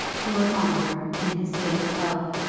lord ongar, in his state of health,